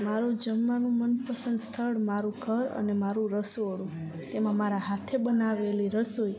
મારું જમવાનું મનપસંદ સ્થળ મારું ઘર અને મારું રસોડું તેમાં મારા હાથે બનાવેલી રસોઈ